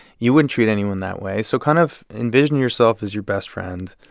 you wouldn't treat anyone that way. so kind of envision yourself as your best friend.